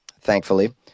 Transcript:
thankfully